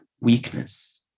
weakness